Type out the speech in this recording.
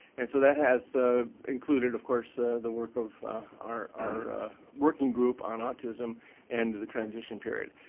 and so that has included of course, ah the work of our our working group on autism and the transition period.